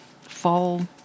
fall